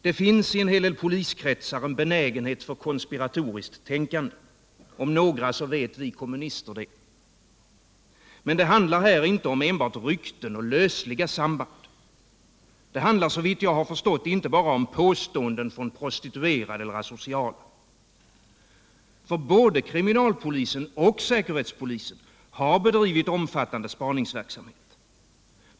Det finns i en hel del poliskretsar en benägenhet för konspiratoriskt tänkande. Om några vet vi kommunister det. Men det handlar här inte om enbart rykten och lösliga samband. Det handlar — såvitt jag har förstått — inte bara om påståenden från prostituerade och asociala. Både kriminalpolisen och säkerhetspolisen har bedrivit o:nfattande spaningsverksamhet.